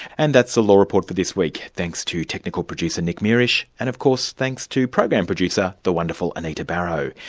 and that's the law report for this week. thanks to technical producer, nick mierisch, and of course thanks to program producer, the wonderful anita barraud.